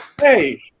Hey